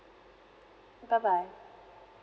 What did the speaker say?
bye bye